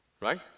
right